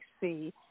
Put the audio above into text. see